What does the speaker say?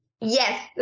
Yes